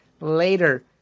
later